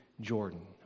Jordan